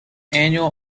annual